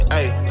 ayy